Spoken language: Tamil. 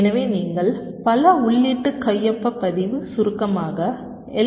எனவே நீங்கள் பல உள்ளீட்டு கையொப்ப பதிவு சுருக்கமாக எம்